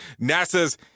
NASA's